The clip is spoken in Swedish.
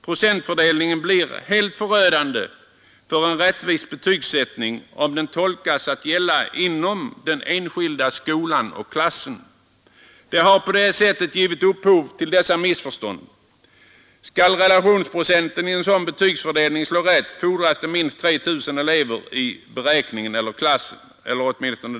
Procentfördelningen blir helt förödande för betygssättningen om den tolkas så, att den skall gälla inom den enskilda skolan och klassen. Det är därför den har givit upphov till alla dessa missförstånd. Skall ”relationsprocenten” i en sådan betygsfördelning slå rätt, fordras det omkring 3 000 elever i beräkningen eller klassen.